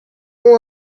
ont